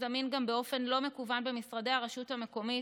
זמין גם באופן לא מקוון במשרדי הרשות המקומית,